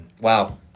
Wow